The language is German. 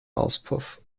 auspuff